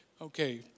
Okay